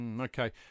Okay